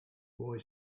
boy